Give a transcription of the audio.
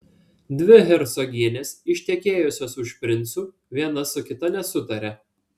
dvi hercogienės ištekėjusios už princų viena su kita nesutaria